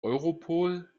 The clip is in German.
europol